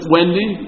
Wendy